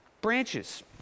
branches